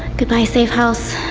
goodbye safe house.